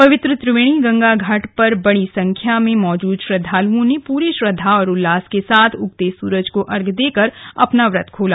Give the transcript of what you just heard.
पवित्र त्रिवेणी गंगा घाट पर बड़ी संख्या में मौजूद श्रद्धालुओं ने पूरे श्रद्धा और उल्लास के साथ उगते सूरज को अर्घ्य देकर अपना व्रत खोला